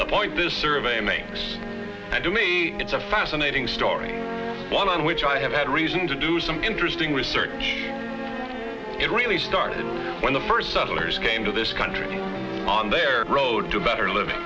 the point this survey makes and to me it's a fascinating story one on which i have had reason to do some interesting research it really started when the first settlers came to this country on their road to better living